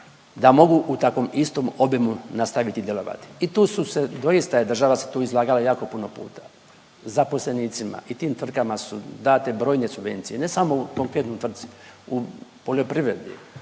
da mogu u takvom istom obimu nastaviti djelovati. I tu su se, doista je država se tu izlagala jako puno puta zaposlenicima i tim tvrtkama su date brojne subvencije ne samo u toj jednoj tvrtci, u poljoprivredi,